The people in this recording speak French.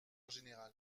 général